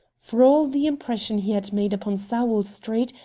for all the impression he had made upon sowell street,